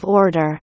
order